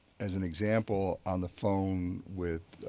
as an example on the phone with